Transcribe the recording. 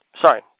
Sorry